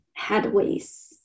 headways